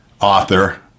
author